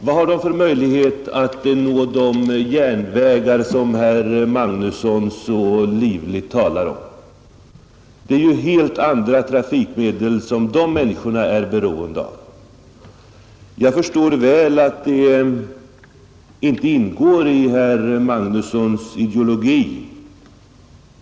Vad har de för möjligheter att nå de järnvägar som herr Magnusson så livligt talade om? Det är ju helt andra trafikmedel som de flesta av de människorna är beroende av, och de skall göras så billiga och bekväma som möjligt!